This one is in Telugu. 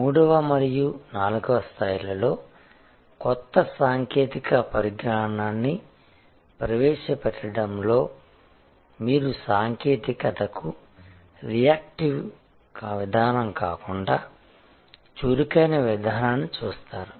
3 వ మరియు 4 వ స్థాయిలలో కొత్త సాంకేతిక పరిజ్ఞానాన్ని ప్రవేశపెట్టడంలో మీరు సాంకేతికతకు రియాక్టివ్ విధానం కాకుండా చురుకైన విధానాన్ని చూస్తారు